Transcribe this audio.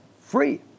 free